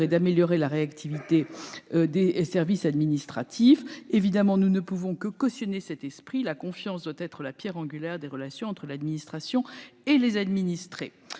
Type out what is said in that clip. est d'améliorer la réactivité des services administratifs. Nous ne pouvons que cautionner cette démarche : la confiance doit être la pierre angulaire des relations entre l'administration et les administrés.